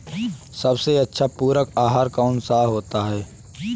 सबसे अच्छा पूरक आहार कौन सा होता है?